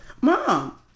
mom